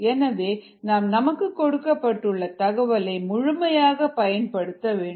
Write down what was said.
எனவே நாம் நமக்கு கொடுக்கப்பட்ட தகவலை முழுமையாக பயன்படுத்த வேண்டும்